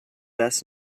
best